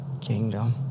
kingdom